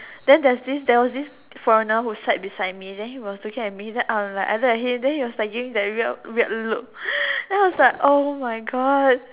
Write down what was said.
then there's this there was this foreigner who sat beside me then he was looking at me then I'm like I look at him then he was like giving that weird look then I was like oh my god